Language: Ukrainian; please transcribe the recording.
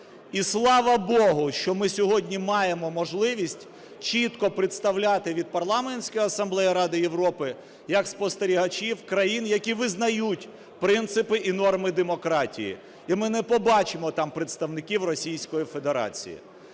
І слава Богу, що ми сьогодні маємо можливість чітко представляти від Парламентської асамблеї Ради Європи як спостерігачів країн, які визнають принципи і норми демократії. І ми не побачили там представників Російської Федерації.